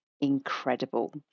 incredible